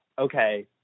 Okay